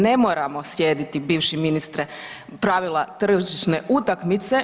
Ne moramo slijediti, bivši ministre, pravila tržišne utakmice.